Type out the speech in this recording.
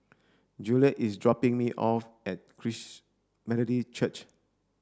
Juliet is dropping me off at Christ Methodist Church